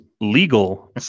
legal